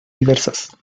diversas